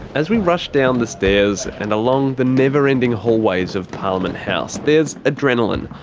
as we rush down the stairs and along the never ending hallways of parliament house, there's adrenalin,